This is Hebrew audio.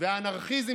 ישראל?